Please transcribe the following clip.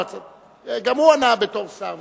גם הוא ענה בתור שר,